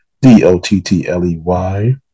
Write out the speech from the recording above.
D-O-T-T-L-E-Y